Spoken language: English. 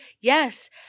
Yes